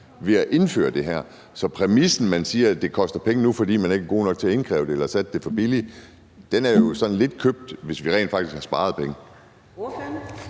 ved at indføre det her? Så præmissen om, at det koster penge nu, fordi man ikke er gode nok til at indkræve det eller har sat det for billigt, er jo sådan lidt købt, hvis vi rent faktisk har sparet penge.